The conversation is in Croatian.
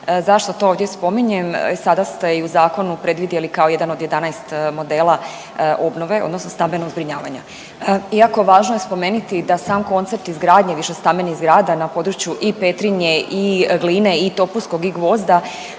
Zašto to ovdje spominjem, i sada ste i u zakonu predvidjeli kao 1 od 11 modela obnove, odnosno stambenog zbrinjavanja. Jako važno je spomeniti i da sam koncept izgradnje višestambenih zgrada na području i Petrinje i Gline i Topuskog i Gvozda